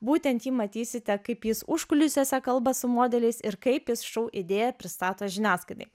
būtent jį matysite kaip jis užkulisiuose kalba su modeliais ir kaip jis šou idėją pristato žiniasklaidai